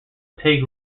take